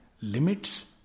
limits